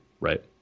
Right